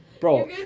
Bro